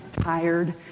tired